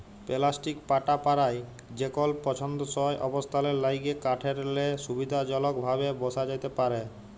plastic পাটা পারায় যেকল পসন্দসই অবস্থালের ল্যাইগে কাঠেরলে সুবিধাজলকভাবে বসা যাতে পারহে